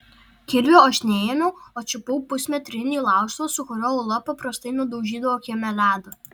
kirvio aš neėmiau o čiupau pusmetrinį laužtuvą su kuriuo ula paprastai nudaužydavo kieme ledą